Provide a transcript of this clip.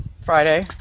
Friday